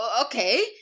okay